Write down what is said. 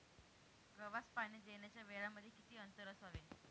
गव्हास पाणी देण्याच्या वेळांमध्ये किती अंतर असावे?